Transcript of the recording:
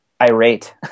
irate